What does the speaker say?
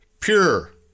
pure